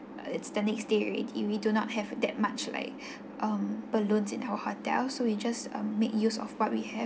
it's the next day already we do not have that much like um balloons in our hotel so you just um make use of what we have